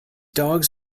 dogs